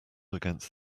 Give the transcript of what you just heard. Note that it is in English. against